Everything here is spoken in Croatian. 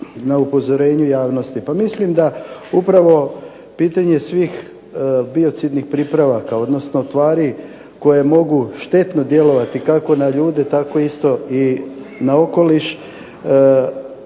na upozorenju javnosti. Pa mislim da upravo pitanje svih biocidnih pripravaka, odnosno tvari koje mogu štetno djelovati kako na ljude tako isto i na okoliš,